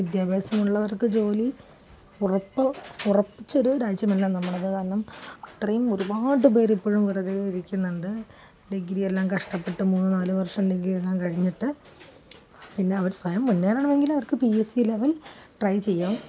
വിദ്യാഭ്യാസമുള്ളവർക്കു ജോലി ഉറപ്പിച്ചൊരു രാജ്യമല്ല നമ്മളത് കാരണം അത്രയും ഒരുപാടു പേര് ഇപ്പോഴും വെറുതേ ഇരിക്കുന്നുണ്ട് ഡിഗ്രിയെല്ലാം കഷ്ടപ്പെട്ടു മൂന്നു നാലു വർഷം ഡിഗ്രിയെല്ലാം കഴിഞ്ഞിട്ടു പിന്നെ അവര് സ്വയം മുന്നേറണമെങ്കിൽ അവർക്ക് പി എസ്സി ലെവൽ ട്രൈ ചെയ്യാം